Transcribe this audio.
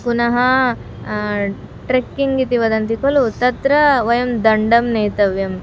पुनः ट्रेक्किङ्ग् इति वदन्ति खलु तत्र वयं दण्डं नेतव्यं